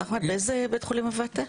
באיזה בית חולים עבדת?